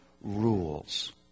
rules